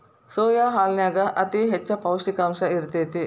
soya ಹಾಲನ್ಯಾಗ ಅತಿ ಹೆಚ್ಚ ಪೌಷ್ಟಿಕಾಂಶ ಇರ್ತೇತಿ